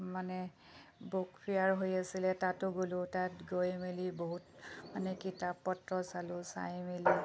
মানে book fair হৈ আছিলে তাতো গ'লোঁ তাত গৈ মেলি বহুত মানে কিতাপ পত্ৰ চালোঁ চাই মেলি